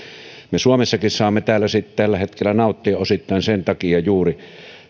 me suomessakin saamme tällä hetkellä nauttia osittain juuri sen takia